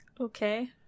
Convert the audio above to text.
Okay